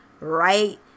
right